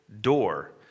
door